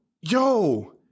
yo